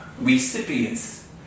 recipients